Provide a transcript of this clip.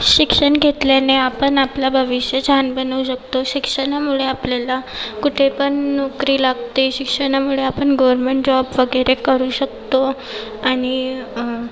शिक्षण घेतल्याने आपण आपलं भविष्य छान बनवू शकतो शिक्षणामुळे आपल्याला कुठे पण नोकरी लागते शिक्षणामुळे आपण गवर्नमेंट जॉब वगैरे करू शकतो आणि